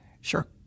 Sure